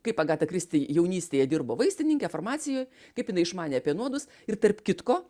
kaip agata kristi jaunystėje dirbo vaistininke farmacijoj kaip jinai išmanė apie nuodus ir tarp kitko